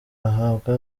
ahabwa